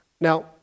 Now